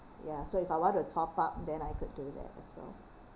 ya so if I want to top up then I could do that as well